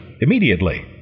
immediately